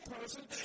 person